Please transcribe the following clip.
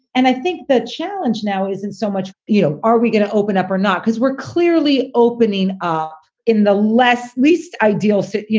and i think the challenge now isn't so much, you know, are we going to open up or not? because we're clearly opening up in the less least ideal city, you